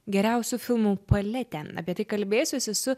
geriausių filmų paletę apie tai kalbėsiuosi su